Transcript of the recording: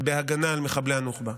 בהגנה על מחבלי הנוח'בה.